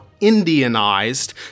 Indianized